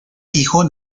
hijo